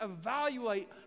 evaluate